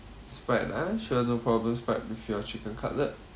sprite ah sure no problems sprite with your chicken cutlet